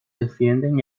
defienden